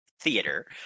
theater